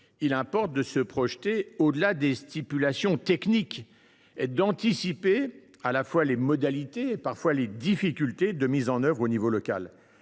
il importe de se projeter au delà des stipulations techniques afin d’anticiper les modalités et, parfois, les difficultés de mise en œuvre à l’échelon local.